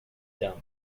dump